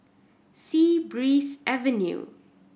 Sea Breeze Avenue